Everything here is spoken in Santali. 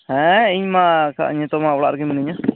ᱦᱮᱸ ᱤᱧᱢᱟ ᱱᱤᱛᱚᱜ ᱢᱟ ᱚᱲᱟᱜ ᱨᱮᱜᱮ ᱢᱤᱱᱟᱹᱧᱟ